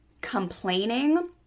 complaining